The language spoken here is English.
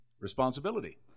responsibility